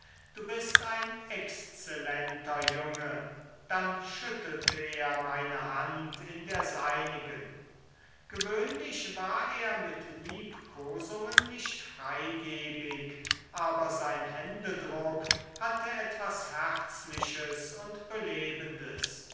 du bist ein exzellenter junge dann schüttelte er meine hand in der seinigen gewöhnlich war er mit liebkosungen nicht freigebig aber sein händedruck hatte etwas herzliches und belebendes